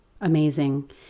amazing